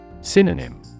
Synonym